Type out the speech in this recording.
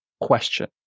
question